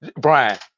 Brian